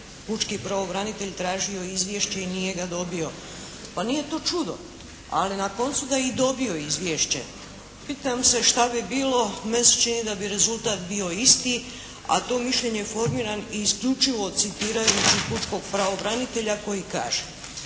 pučki pravobranitelj tražio izvješće i nije ga dobio. Pa nije to čudo. Ali na koncu da je i dobio izvješće, pitam se šta bi bilo, meni se čini da bi rezultat bio isti a to mišljenje formiram i isključivo citirajući pučkog pravobranitelja koji kaže: